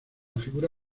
figura